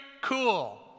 cool